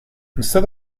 instead